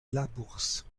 labourse